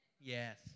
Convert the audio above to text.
yes